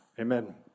Amen